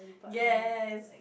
yes